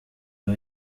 aho